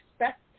expect